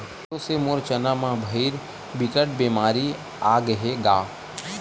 एसो से मोर चना म भइर बिकट बेमारी आगे हे गा